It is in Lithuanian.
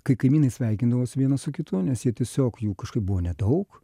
kai kaimynai sveikindavosi vienas su kitu nes jie tiesiog jų kažkaip buvo nedaug